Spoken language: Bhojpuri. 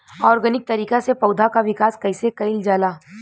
ऑर्गेनिक तरीका से पौधा क विकास कइसे कईल जाला?